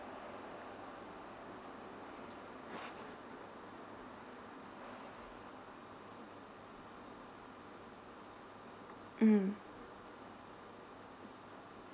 mm